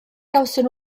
gawson